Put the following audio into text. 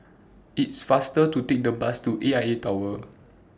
IT IS faster to Take The Bus to A I A Tower